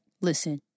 Listen